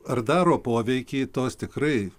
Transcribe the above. ar daro poveikį tos tikrai